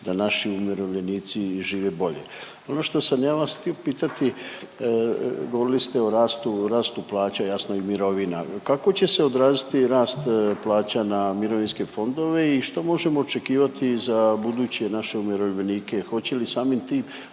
da naši umirovljenici žive bolje. Ono što sam ja vas htio pitati govorili ste o rastu, rastu plaća, jasno i mirovina, kako će se odraziti rast plaća na mirovinske fondove i što možemo očekivati za buduće naše umirovljenike hoće li samim tim